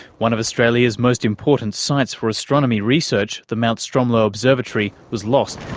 one of australia's most important sites for astronomy research, the mount stromlo observatory, was lost.